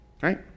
Right